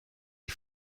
die